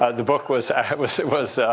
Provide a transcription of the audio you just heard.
ah the book was was it was